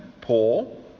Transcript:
Paul